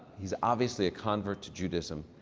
he's obviously a convert to judaism,